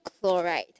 chloride